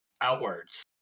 outwards